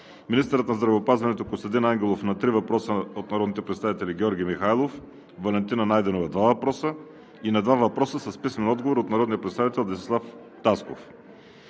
министърът на здравеопазването Костадин Ангелов на три въпроса от народните представители Георги Михайлов, Валентина Найденова – два въпроса, и на два въпроса с писмен отговор от народния представител Десислав Тасков;